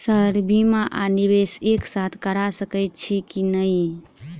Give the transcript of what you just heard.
Sir बीमा आ निवेश एक साथ करऽ सकै छी की न ई?